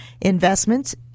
investments